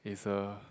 is a